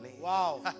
Wow